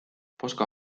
poska